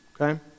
okay